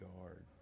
guard